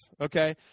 okay